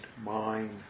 mind